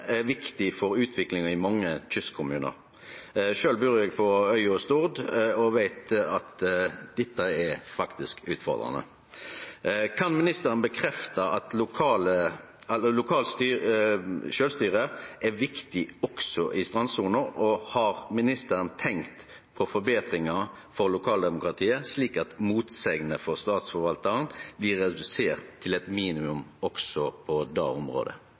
er viktig for utviklinga i mange kystkommunar. Sjølv bur eg på øya Stord og veit at dette faktisk er utfordrande. Kan ministeren bekrefte at lokalt sjølvstyre er viktig også i strandsona, og har ministeren tenkt på forbetringar for lokaldemokratiet, slik at motsegnene frå statsforvaltaren blir reduserte til eit minimum også på det området?